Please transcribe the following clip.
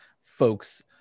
folks